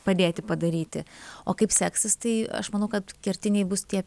padėti padaryti o kaip seksis tai aš manau kad kertiniai bus tie